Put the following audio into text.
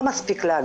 לא מספיק להגדיר.